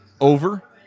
Over